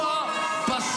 הוא הבלם האחרון.